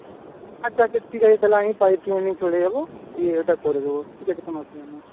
আচ্ছা আচ্ছা ঠিক আছে তাহলে আমিই পাইপ কিনে নিয়ে চলে যাব গিয়ে ওটা করে দেব ঠিক আছে কোনও অসুবিধা নেই